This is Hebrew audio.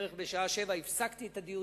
בערך בשעה 19:00 הפסקתי את הדיונים,